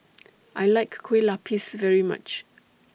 I like Kueh Lapis very much